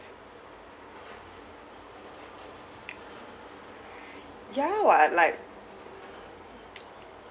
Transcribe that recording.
ya [what] like